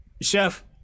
Chef